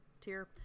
tier